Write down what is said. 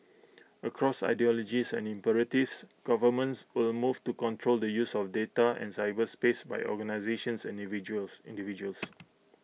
across ideologies and imperatives governments will move to control the use of data and cyberspace by organisations individuals individuals